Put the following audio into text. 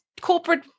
corporate